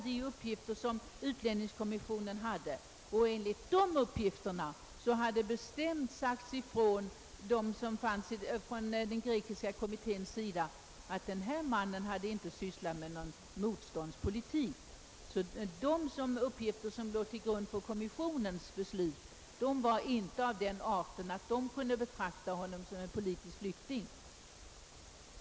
De uppgifter som utlänningskommissionen hade var ett par månader gamla, och enligt dessa uppgifter hade det bestämt sagts ifrån av den grekiska kommittén, att denne man inte hade sysslat med någon motståndspolitik. Uppgifterna som låg till grund för utlänningskommissionens beslut var alltså inte av den arten att utlänningskommissionen kunde betrakta honom som en politisk flykting.